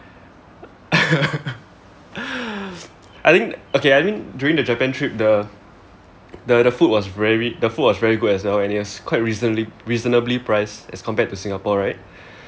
I think okay I think during the Japan trip the the food was very the food was very good as well and it was quite reasonab~ reasonably priced as compared to Singapore right